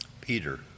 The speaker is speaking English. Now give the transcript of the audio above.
Peter